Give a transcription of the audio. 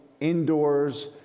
indoors